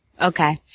Okay